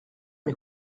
mes